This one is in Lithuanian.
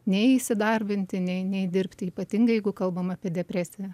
nei įsidarbinti nei nei dirbti ypatingai jeigu kalbam apie depresiją